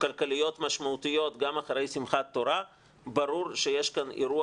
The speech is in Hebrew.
כלכליות משמעותיות גם אחרי שמחת תורה ברור שיש כאן אירוע